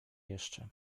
jeszcze